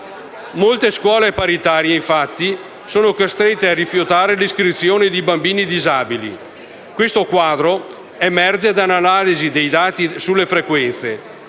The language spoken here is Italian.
Molte scuole paritarie sono, infatti, costrette a rifiutare l'iscrizione di bambini disabili. Questo quadro emerge dall'analisi dei dati sulle frequenze.